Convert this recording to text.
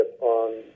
on